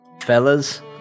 fellas